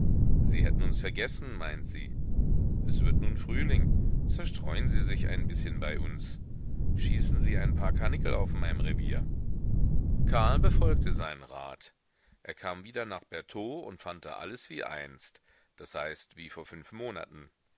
sie hätten uns vergessen meint sie es wird nun frühling zerstreuen sie sich ein bißchen bei uns schießen sie ein paar karnickel auf meinem revier karl befolgte seinen rat er kam wieder nach bertaux und fand da alles wie einst das heißt wie vor fünf monaten